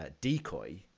Decoy